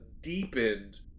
deepened